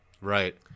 Right